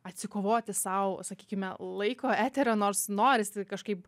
atsikovoti sau sakykime laiko eterio nors norisi kažkaip